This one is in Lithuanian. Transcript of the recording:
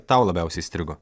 tau labiausiai įstrigo